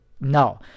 no